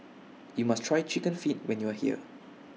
YOU must Try Chicken Feet when YOU Are here